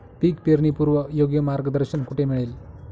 पीक पेरणीपूर्व योग्य मार्गदर्शन कुठे मिळेल?